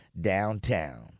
downtown